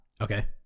Okay